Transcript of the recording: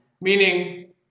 Meaning